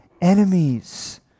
enemies